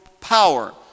power